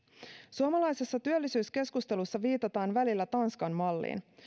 suomalaisessa työllisyyskeskustelussa viitataan välillä tanskan malliin